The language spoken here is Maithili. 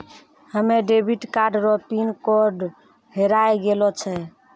हमे डेबिट कार्ड रो पिन कोड हेराय गेलो छै